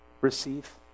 Receive